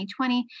2020